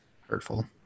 Hurtful